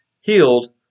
healed